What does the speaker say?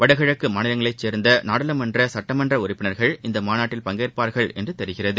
வடகிழக்குமாநிலங்களைசோ்ந்தநாடாளுமன்ற சட்டமன்றஉறுப்பினர்கள் இந்தமாநாட்டில் பங்கேற்பார்கள் என்றுதெரிகிறது